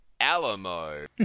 Alamo